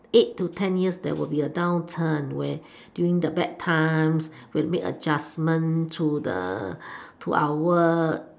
eight to ten years there will be a downturn where during the bad times we have to make adjustments to the to our work